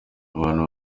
abantu